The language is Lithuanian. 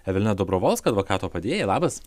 evelina dobrovolska advokato padėjėja labas